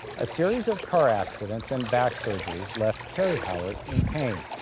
a series of car accidents and back surgeries left carrie howard in pain.